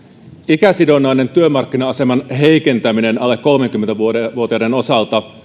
ikäsidonnainen työmarkkina aseman heikentäminen alle kolmekymmentä vuotiaiden osalta